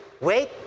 wait